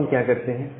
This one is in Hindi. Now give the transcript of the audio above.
अब हम क्या करते हैं